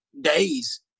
days